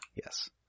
Yes